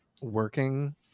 working